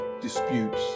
disputes